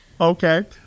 Okay